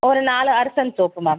ஒரு நாலு Arasan soap ma'am